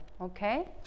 okay